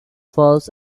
falls